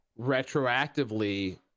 retroactively